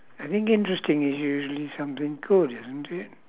I think interesting is usually something good isn't it